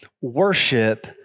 worship